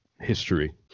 history